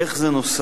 איך זה נוסף?